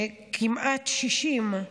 כמעט 60,